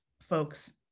folks